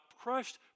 crushed